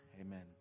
Amen